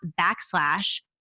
backslash